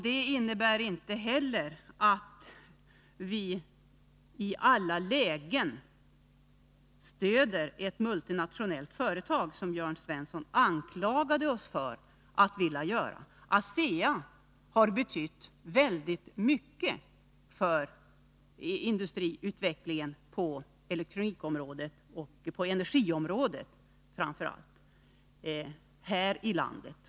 Det innebär inte heller att vi i alla lägen stöder ett Onsdagen den multinationellt företag, som Jörn Svensson anklagade oss för att vilja göra. 24 november 1982 ASEA har betytt väldigt mycket för industriutvecklingen på elektronikområdet och framför allt på energiområdet här i landet.